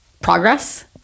progress